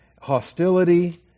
hostility